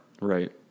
right